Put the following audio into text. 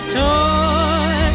toy